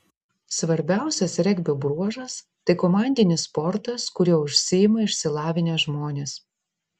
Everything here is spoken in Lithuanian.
svarbiausias regbio bruožas tai komandinis sportas kuriuo užsiima išsilavinę žmonės